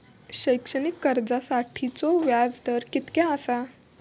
शैक्षणिक कर्जासाठीचो व्याज दर कितक्या आसा?